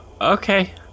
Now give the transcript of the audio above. Okay